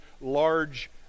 large